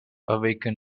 awaken